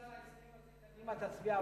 האם בגלל ההסכמים בקדימה תצביע בעד החוק?